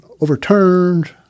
overturned